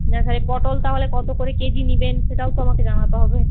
না পটল তাহলে কত করে কেজি নেবেন সেটাও তো আমাকে জানাতে হবে